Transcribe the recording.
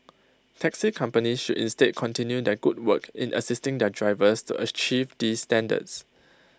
taxi companies should instead continue their good work in assisting their drivers to achieve these standards